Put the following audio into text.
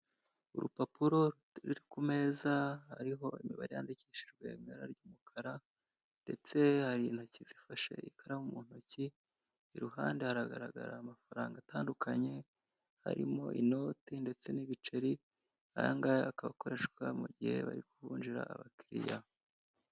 Urupapuro ruri ku meza hariho imibare yandikishijwe mu ibara ry'umukara ndetse hari intoki zifashe ikaramu mu ntoki, iruhande hagaragara amafaranga atandukanye harimo inote ndetse n'ibiceri, aya ngaya akaba akoreshwa mu gihe bari kuvunjira abakiriya.